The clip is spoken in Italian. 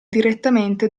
direttamente